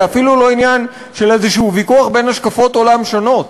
זה אפילו לא עניין של איזשהו ויכוח בין השקפות עולם שונות.